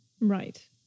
right